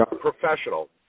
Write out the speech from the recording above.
professional